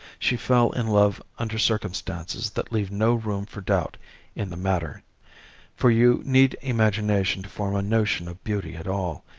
she fell in love under circumstances that leave no room for doubt in the matter for you need imagination to form a notion of beauty at all,